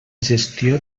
gestió